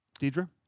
Deidre